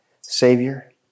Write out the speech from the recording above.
Savior